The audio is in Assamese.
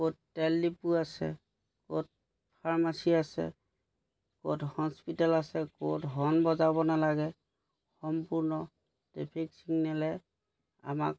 ক'ত তেল দিপু আছে ক'ত ফাৰ্মাচী আছে ক'ত হস্পিটেল আছে ক'ত হৰ্ণ বজাব নালাগে সম্পূৰ্ণ ট্ৰেফিক ছিগনেলে আমাক